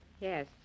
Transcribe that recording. Yes